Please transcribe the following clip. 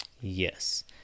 Yes